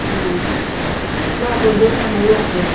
ꯎꯝ ꯅꯪ ꯑꯗꯣꯝꯗꯒꯤ ꯊꯝꯃꯣ ꯌꯥꯗ꯭ꯔꯦ